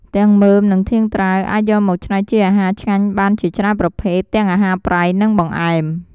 ទាំងមើម និងធាងត្រាវ អាចយកមកច្នៃជាអាហារឆ្ងាញ់បានជាច្រើនប្រភេទ ទាំងអាហារប្រៃ និងបង្អែម។